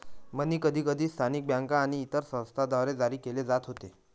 मनी कधीकधी स्थानिक बँका आणि इतर संस्थांद्वारे जारी केले जात होते